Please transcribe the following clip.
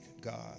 God